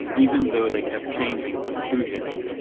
even though they kept changing conclusions,